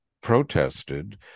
protested